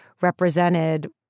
represented